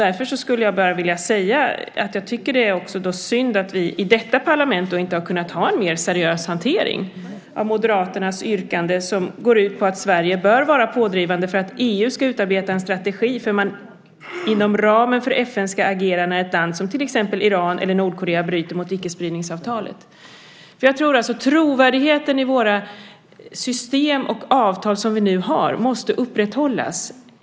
Därför skulle jag bara vilja säga att jag tycker att det är synd att vi i detta parlament inte har kunnat ha en mer seriös hantering av Moderaternas yrkande. Det går ut på att Sverige bör vara pådrivande för att EU ska utarbeta en strategi för hur man inom ramen för FN ska agera när ett land som till exempel Iran eller Nordkorea bryter mot icke-spridningsavtalet. Trovärdigheten i våra system och avtal som vi nu har måste upprätthållas.